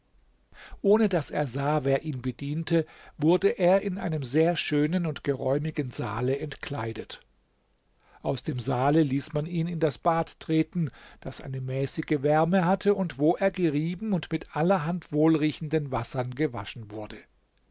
ohne daß er sah wer ihn bediente wurde er in einem sehr schönen und geräumigen saale entkleidet aus dem saale ließ man ihn in das bad treten das eine mäßige wärme hatte und wo er gerieben und mit allerhand wohlriechenden wassern gewaschen wurde